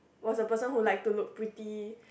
was a person who like to look pretty